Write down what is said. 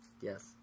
Yes